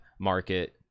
market